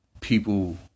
people